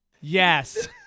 Yes